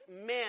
men